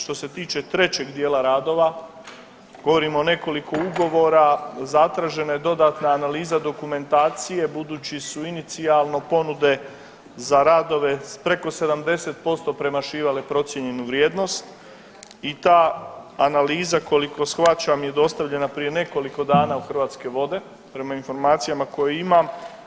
Što se tiče trećeg dijela radova govorim o nekoliko ugovora, zatražena je dodatna analiza dokumentacije budući su inicijalno ponude za radove preko 70% premašivale procijenjenu vrijednost i ta analiza koliko shvaćam je dostavljena prije nekoliko dana u Hrvatske vode, prema informacijama koje imam.